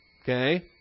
Okay